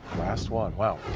last one, wow!